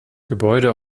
gebäude